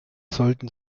sollten